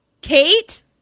Kate